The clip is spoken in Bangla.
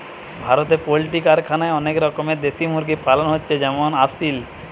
ভারতে পোল্ট্রি কারখানায় অনেক রকমের দেশি মুরগি পালন হচ্ছে যেমন আসিল